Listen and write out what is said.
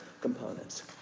components